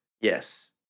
Yes